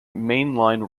mainline